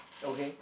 okay